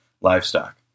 livestock